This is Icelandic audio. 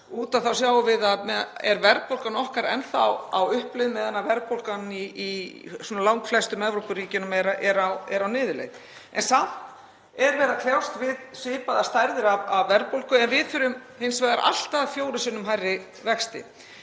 út þá sjáum við að verðbólgan hjá okkur er enn þá á uppleið meðan verðbólgan í langflestum Evrópuríkjunum er á niðurleið. Samt er verið að kljást við svipaðar stærðir af verðbólgu. Við þurfum hins vegar allt að fjórum sinnum hærri vexti.